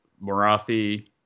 Marathi